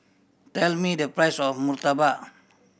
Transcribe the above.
tell me the price of murtabak